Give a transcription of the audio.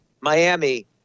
Miami